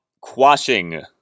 quashing